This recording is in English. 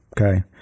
Okay